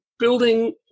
building